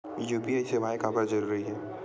UPI सेवाएं काबर जरूरी हे?